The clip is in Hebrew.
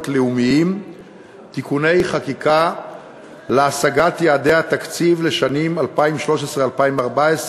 לאומיים (תיקוני חקיקה להשגת יעדי התקציב לשנים 2013 2014),